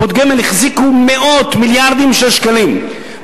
קופות גמל החזיקו מאות מיליארדים של שקלים,